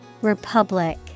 Republic